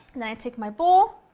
then i take my bowl,